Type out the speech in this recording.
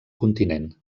continent